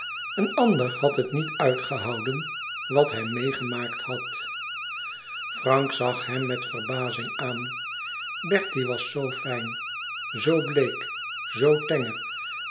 een ander had het niet uitgehouden wat hij meegemaakt had frank zag hem met verbazing aan bertie was zoo fijn zoo bleek zoo tenger